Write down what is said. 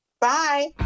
bye